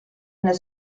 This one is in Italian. nel